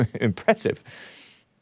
impressive